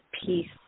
peace